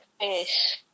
Yes